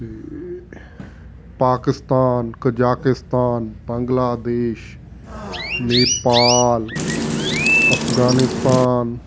ਅਤੇ ਪਾਕਿਸਤਾਨ ਕਜ਼ਾਕਿਸਤਾਨ ਬੰਗਲਾਦੇਸ਼ ਨੇਪਾਲ ਅਫਗਾਨਿਸਤਾਨ